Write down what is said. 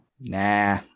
Nah